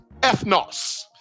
ethnos